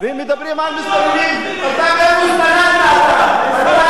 מתי היתה פה מדינה פלסטינית?